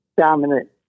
dominant